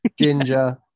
Ginger